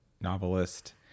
novelist